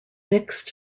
mixed